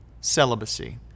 celibacy